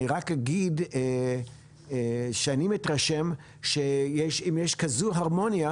אני רק אגיד שאני מתרשם שאם יש כזו הרמוניה,